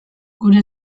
gure